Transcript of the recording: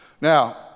Now